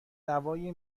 دوای